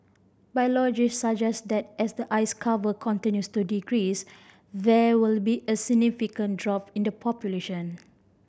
biologists suggest that as the ice cover continues to decrease there will be a significant drop in the population